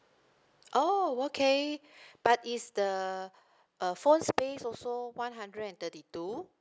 oh okay but is the uh phone space also one hundred and thirty two